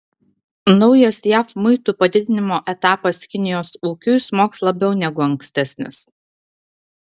naujas jav muitų padidinimo etapas kinijos ūkiui smogs labiau negu ankstesnis